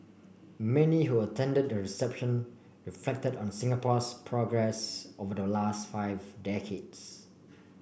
many who attended the reception reflected on Singapore's progress over the last five decades